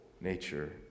nature